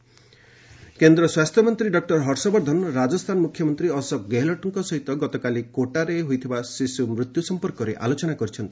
health minister Kota କେନ୍ଦ୍ର ସ୍ୱାସ୍ଥ୍ୟମନ୍ତ୍ରୀ doctor Harshvardhan Rajasthan ମୁଖ୍ୟମନ୍ତ୍ରୀ ଅଶୋକ ଗେହଲଟଙ୍କ ସହିତ ଗତକାଲି କୋଟାରେ ହୋଇଥିବା ଶିଶୁ ମୃତ୍ୟୁ ସଂପର୍କରେ ଆଲୋଚନା କରିଛନ୍ତି